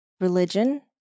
Religion